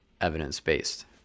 evidence-based